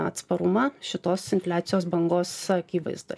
atsparumą šitos infliacijos bangos akivaizdoj